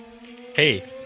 Hey